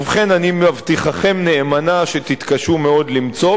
ובכן, אני מבטיחכם נאמנה שתתקשו מאוד למצוא.